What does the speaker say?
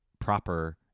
proper